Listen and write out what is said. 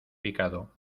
picado